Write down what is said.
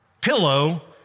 pillow